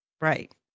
Right